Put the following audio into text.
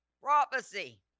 prophecy